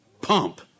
pump